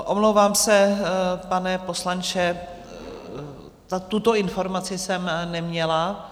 Omlouvám se, pane poslanče, tuto informaci jsem neměla.